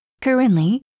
Currently